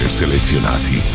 selezionati